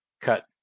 cut